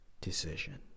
decision